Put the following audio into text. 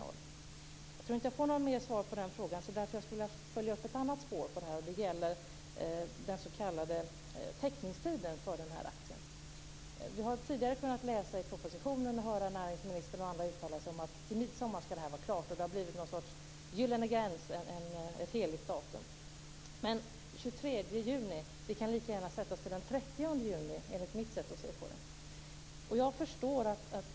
Jag tror inte att jag får något mer svar på den frågan, så därför skulle jag vilja följa upp ett annat spår, och det gäller den s.k. teckningstiden för aktien. Vi har tidigare kunnat läsa i propositionen och höra näringsministern och andra uttala sig om att det här ska vara klart till midsommar. Det har blivit en sorts gyllene gräns, ett heligt datum. Den 23 juni kan lika gärna sättas till den 30 juni, enligt mitt sätt att se på det.